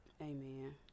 Amen